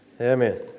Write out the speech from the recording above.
Amen